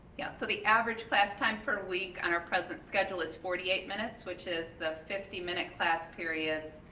yeah, so the average class time per week on our present schedule is forty eight minutes, which is the fifty minute class periods,